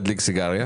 להתנדב.